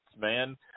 man